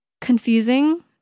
confusing